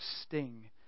sting